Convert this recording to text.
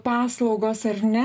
paslaugos ar ne